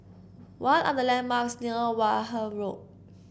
what are the landmarks near Wareham Road